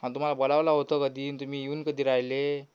आणि तुम्हाला बोलावलं होतं कधी आणि तुम्ही येऊन कधी राहिले